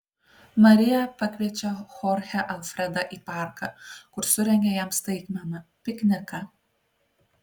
marija pakviečia chorchę alfredą į parką kur surengia jam staigmeną pikniką